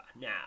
now